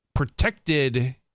protected